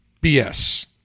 BS